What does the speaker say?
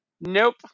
Nope